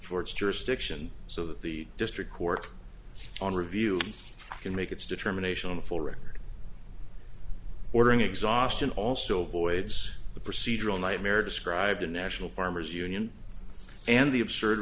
its jurisdiction so that the district court on review can make its determination on the full record ordering exhaustion also avoids the procedural nightmare described in national farmers union and the absurd